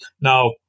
Now